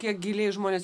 kiek giliai žmonės